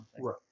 Right